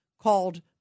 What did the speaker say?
called